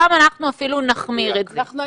את לא עונה לגופן של דוגמאות שהציגה בפניך היושבת-ראש,